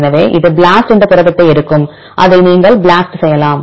எனவே இது BLAST என்ற புரதத்தை எடுக்கும் அதை நீங்கள் BLAST செய்யலாம்